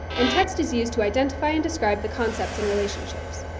and text is used to identify and describe the concepts and relationships.